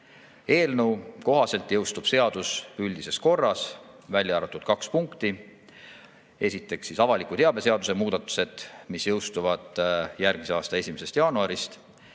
Eelnõu kohaselt jõustub seadus üldises korras, välja arvatud kaks punkti: esiteks, avaliku teabe seaduse muudatused, mis jõustuvad järgmise aasta 1. jaanuarist,